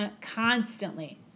constantly